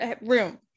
room